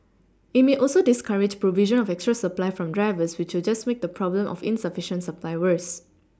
it may also discourage provision of extra supply from drivers which will just make the problem of insufficient supply worse